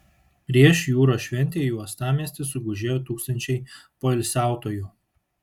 prieš jūros šventę į uostamiestį sugužėjo tūkstančiai poilsiautojų